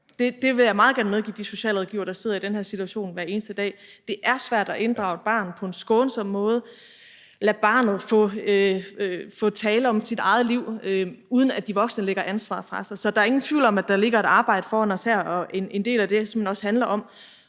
det vil jeg meget gerne medgive de socialrådgivere, der sidder i den her situation hver eneste dag – at inddrage et barn på en skånsom måde, lade barnet få talt om sit eget liv, uden at de voksne lægger ansvaret fra sig. Så der er ingen tvivl om, at der her ligger et arbejde foran os, og at en del af det simpelt hen også handler om